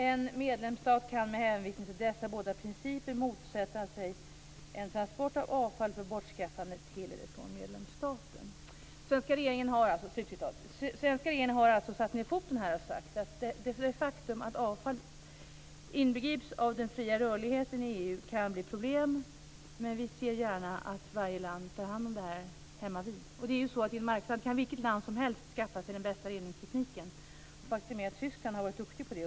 En medlemsstat kan med hänvisning till dessa båda principer motsätta sig en transport av avfall för bortskaffande till eller från medlemsstaten." Den svenska regeringen har alltså satt ned foten här och sagt att det faktum att avfall inbegrips av den fria rörligheten i EU kan bli problem men att man gärna ser att varje land tar hand om detta hammavid. Och på en marknad kan vilket land som helst skaffa sig den bästa reningstekniken. Och faktum är att Tyskland har varit duktigt på det.